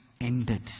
ended